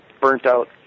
burnt-out